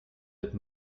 êtes